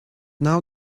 now